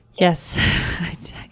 Yes